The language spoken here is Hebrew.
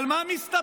אבל מה מסתבר?